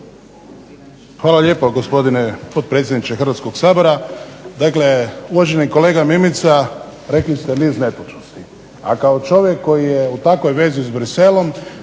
Hvala lijepo gospodine potpredsjedniče Hrvatskog sabora. Dakle, uvaženi kolega Mimica rekli ste niz netočnosti. A kao čovjek koji je u takvoj vezi s Bruxellesom